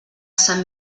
sant